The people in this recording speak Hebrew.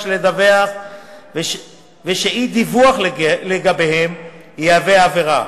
לדווח ושאי-דיווח לגביהם יהווה עבירה,